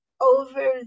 over